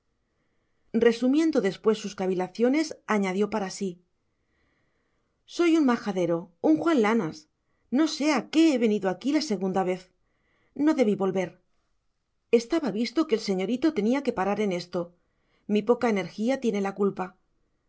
resumiendo después sus cavilaciones añadió para sí soy un majadero un juan lanas no sé a qué he venido aquí la vez segunda no debí volver estaba visto que el señorito tenía que parar en esto mi poca energía tiene la culpa